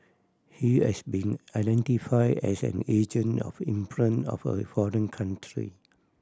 he has been identified as an agent of influence of a foreign country